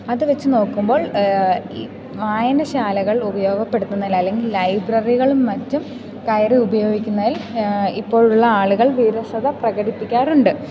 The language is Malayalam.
അതു വെച്ചു നോക്കുമ്പോൾ ഈ വായനശാലകൾ ഉപയോഗപ്പെടുത്തുന്നതിൽ അല്ലെങ്കിൽ ലൈബ്രറികൾ മറ്റും കയറി ഉപയോഗിക്കുന്നതിൽ ഇപ്പോഴുള്ള ആളുകൾ വിരസത പ്രകടിപ്പിക്കാറുണ്ട്